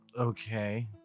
okay